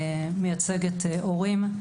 מייצגת הורים,